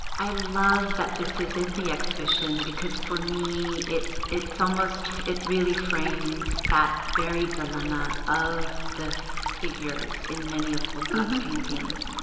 i love that this is in the exhibition because for me, it's almost it really frames that very dilemma of the figures in many of colescott's paintings.